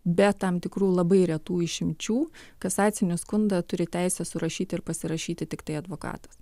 be tam tikrų labai retų išimčių kasacinį skundą turi teisę surašyti ir pasirašyti tiktai advokatas